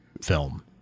film